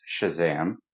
Shazam